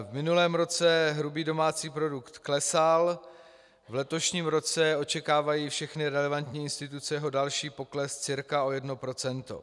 V minulém roce hrubý domácí produkt klesal, v letošním roce očekávají všechny relevantní instituce jeho další pokles cca o 1 %.